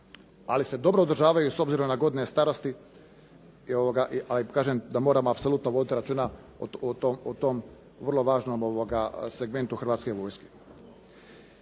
ali se dobro održavaju s obzirom na godine starosti. Ali kažem da moramo apsolutno voditi računa o tom vrlo važnom segmentu Hrvatske vojske.